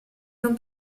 non